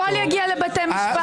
הכול יגיע לבתי משפט.